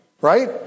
right